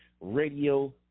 radio